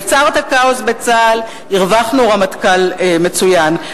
יצרת כאוס בצה"ל, הרווחנו רמטכ"ל מצוין.